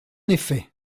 effet